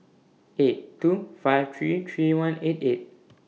eight two five three three one eight eight